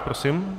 Prosím.